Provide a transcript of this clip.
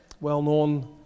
well-known